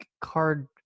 card